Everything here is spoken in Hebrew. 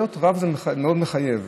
להיות רב זה מאוד מחייב,